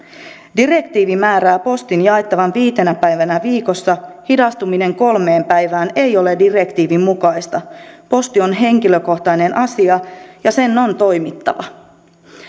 direktiivi määrää postin jaettavan viitenä päivänä viikossa hidastuminen kolmeen päivään ei ole direktiivin mukaista posti on henkilökohtainen asia ja sen on toimittava